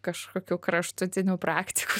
kažkokių kraštutinių praktikų